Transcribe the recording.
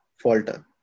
falter